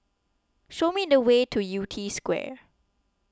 show me the way to Yew Tee Square